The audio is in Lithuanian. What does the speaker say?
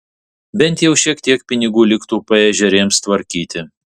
bent jau šiek tiek pinigų liktų paežerėms tvarkyti